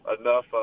enough –